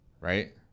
right